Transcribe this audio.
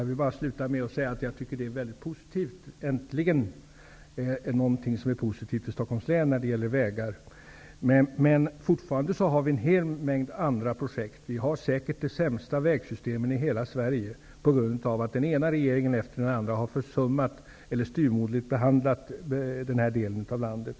Herr talman! Jag tycker att det är väldigt positivt. Äntligen händer något positivt för Stockholms län när det gäller vägar. Men fortfarande saknas en hel mängd andra projekt. Vi har säkert de sämsta vägsystemen i hela Sverige på grund av att den ena regeringen efter den andra har försummat eller styvmoderligt behandlat den här delen av landet.